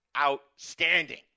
Outstanding